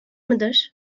mıdır